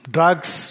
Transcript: Drugs